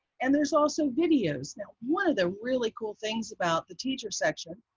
and there's also videos. now, one of the really cool things about the teacher section